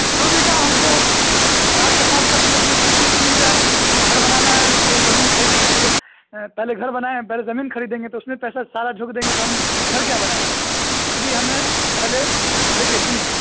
دو بیگھہ ہم کو چار سے پانچ لاکھ تک میں سستی سی مل جائے گھر بنانا ہے تو زمین خریدیں گے تو پہلے گھر بنائیں پہلے زمین خریدیں گے تو اس میں پیسہ سارا جھونک دیں گے تو ہم گھر کیا بنائیں گے اس لیے ہمیں پہلے دیکھیے سنیے